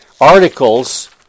articles